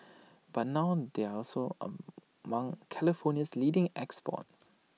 but now they are also among California's leading exports